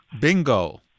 Bingo